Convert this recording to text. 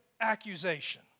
accusation